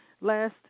last